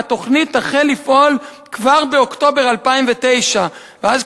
והתוכנית תחל לפעול כבר באוקטובר 2009. ואז,